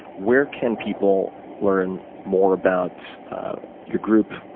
where can people learn more about your group,